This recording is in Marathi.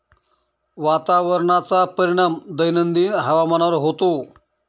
वातावरणाचा परिणाम दैनंदिन हवामानावर होतो